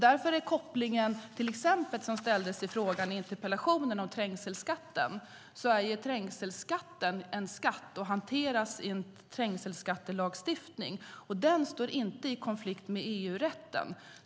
När det gäller till exempel den fråga som ställdes i interpellationen om trängselskatten är trängselskatten en skatt som hanteras i en trängselskattelagstiftning. Den står inte i konflikt med EU-rätten.